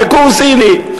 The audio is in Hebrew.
דיקור סיני.